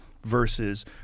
versus